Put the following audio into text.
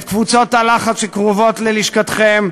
את קבוצות הלחץ שקרובות ללשכתכם,